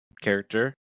character